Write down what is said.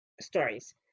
stories